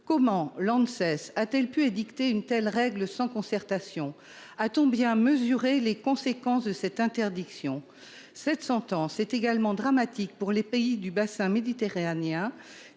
Comment l'Anses a-t-elle pu édicter une telle règle sans concertation ? A-t-on bien mesuré les conséquences de cette interdiction ? Cette sentence est également dramatique pour les pays du bassin méditerranéen